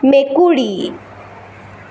মেকুৰী